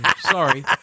sorry